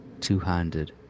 two-handed